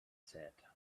said